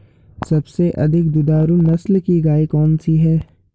सबसे अधिक दुधारू नस्ल की गाय कौन सी है?